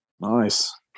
Nice